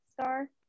star